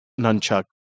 Nunchuck